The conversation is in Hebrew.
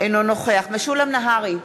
אינו נוכח משולם נהרי,